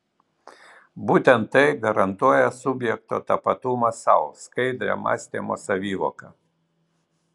būtent tai garantuoja subjekto tapatumą sau skaidrią mąstymo savivoką